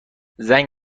زنگ